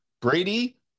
Brady